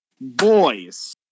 boys